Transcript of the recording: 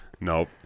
Nope